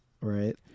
right